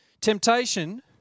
Temptation